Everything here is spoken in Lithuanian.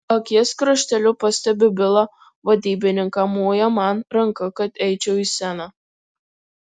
akies krašteliu pastebiu bilą vadybininką moja man ranka kad eičiau į sceną